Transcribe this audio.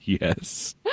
yes